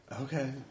Okay